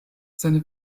seine